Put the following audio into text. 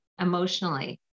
emotionally